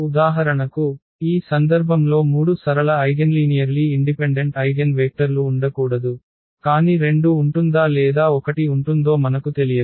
ఉదాహరణకు ఈ సందర్భంలో మూడు సరళ ఐగెన్లీనియర్లీ ఇండిపెండెంట్ ఐగెన్వేక్టర్లు ఉండకూడదు కాని 2 ఉంటుందా లేదా 1 ఉంటుందో మనకు తెలియదు